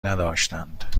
نداشتند